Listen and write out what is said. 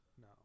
No